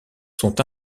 sont